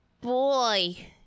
boy